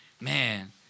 man